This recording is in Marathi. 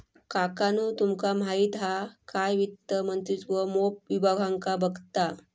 काकानु तुमका माहित हा काय वित्त मंत्रित्व मोप विभागांका बघता